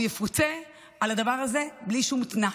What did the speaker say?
הוא יפוצה על הדבר הזה בלי שום תנאי.